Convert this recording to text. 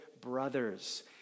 brothers